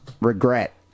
regret